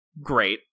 Great